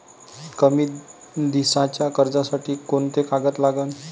कमी दिसाच्या कर्जासाठी कोंते कागद लागन?